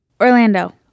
Orlando